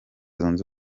zunze